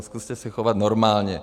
Zkuste se chovat normálně.